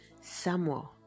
Samuel